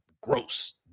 gross